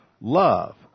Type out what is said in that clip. love